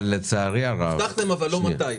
אבל לצערי הרב --- הבטחתם, אבל לא מתי.